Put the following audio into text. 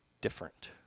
different